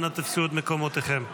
אנא תפסו את מקומותיכם.